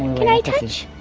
can i touch?